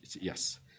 yes